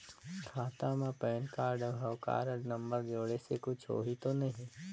खाता मे PAN card और हव कारड नंबर जोड़े से कुछ होही तो नइ?